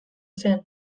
zen